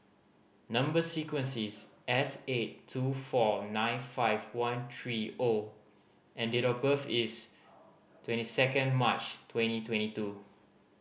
number sequence is S eight two four nine five one three O and date of birth is twenty second March twenty twenty two